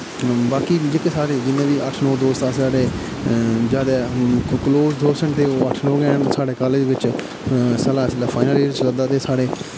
बाकी कि जेह्के साढ़े जिन्ने बी अट्ठ नौ दोस्त न ते ज्यादे क्लोज दोस्त न ते ओह् अट्ठ नौ गै न साढ़े कालेज बिच्च साढ़ा इसलै फाइनल ईयर चलै करदा ते साढ़े